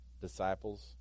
Disciples